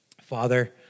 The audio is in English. Father